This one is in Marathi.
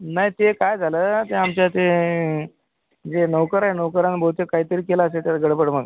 नाही ते काय झालं ते आमच्या ते जे नोकर आहे नोकरानं बहुतेक काहीतरी केलं असेल त्यात गडबड मग